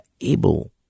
able